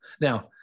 Now